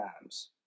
times